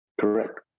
Correct